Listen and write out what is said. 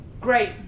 Great